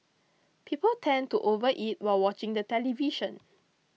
people tend to overeat while watching the television